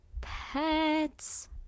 pets